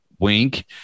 Wink